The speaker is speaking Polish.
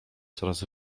coraz